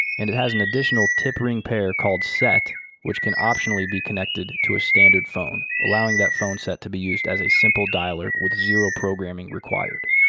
and it has an additional tip ring pair called set which can optionally be connected to a standard phone, allowing that phone set to be used as a simple dialer with zero programming required.